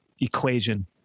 equation